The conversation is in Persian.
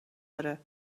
آره